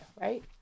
right